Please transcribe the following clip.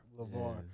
LeVar